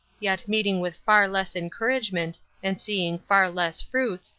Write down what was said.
yet meeting with far less encouragement, and seeing far less fruits,